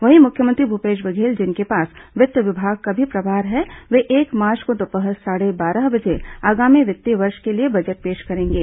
वहीं मुख्यमंत्री भूपेश बघेल जिनके पास वित्त विभाग का भी प्रभार है वे एक मार्च को दोपहर साढ़े बारह बजे आगामी वित्तीय वर्ष के लिए बजट पेश करेंगे